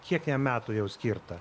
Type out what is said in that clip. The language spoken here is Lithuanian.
kiek jam metų jau skirta